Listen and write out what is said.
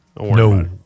No